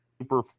super